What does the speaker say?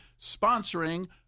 sponsoring